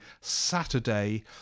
Saturday